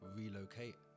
relocate